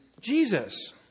Jesus